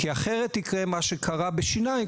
כי אחרת יקרה מה שקרה בשיניים,